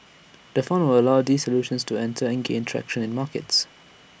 the fund will allow these solutions to enter and gain traction in markets